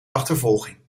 achtervolging